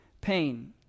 pain